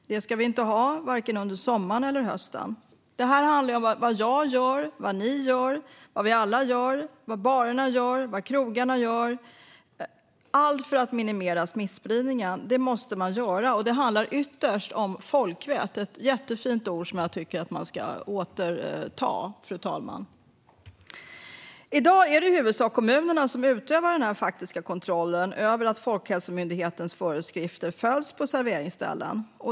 Det ska vi inte ha, varken under sommaren eller under hösten. Det handlar om vad jag gör, vad ni gör, vad vi alla gör, vad barer gör och vad krogar gör. Allt för att minimera smittspridningen måste man göra. Det handlar ytterst om folkvett. Det är ett jättefint ord som jag tycker att vi ska återta, fru talman. I dag är det i huvudsak kommunerna som utövar den faktiska kontrollen över att Folkhälsomyndighetens föreskrifter följs på serveringsställen.